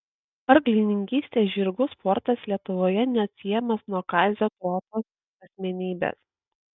arklininkystė žirgų sportas lietuvoje neatsiejamas nuo kazio trotos asmenybės